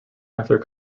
after